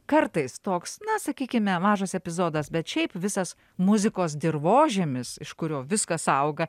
kartais toks na sakykime mažas epizodas bet šiaip visas muzikos dirvožemis iš kurio viskas auga